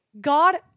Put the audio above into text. God